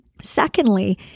Secondly